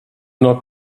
not